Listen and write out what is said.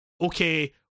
okay